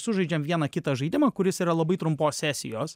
sužaidžiam vieną kitą žaidimą kuris yra labai trumpos sesijos